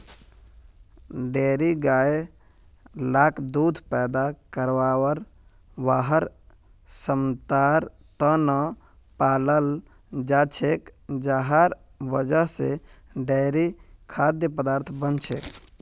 dairy गाय लाक दूध पैदा करवार वहार क्षमतार त न पालाल जा छेक जहार वजह से डेयरी खाद्य पदार्थ बन छेक